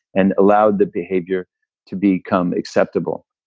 and allowed that behavior to become acceptable.